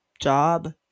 job